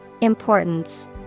Importance